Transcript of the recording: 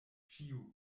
ĉiu